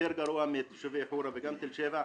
גרוע מאשר של תושבי חורה ותל שבע,